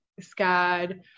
SCAD